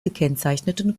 gekennzeichneten